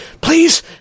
please